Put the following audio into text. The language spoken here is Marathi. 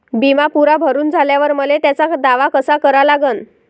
बिमा पुरा भरून झाल्यावर मले त्याचा दावा कसा करा लागन?